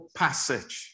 passage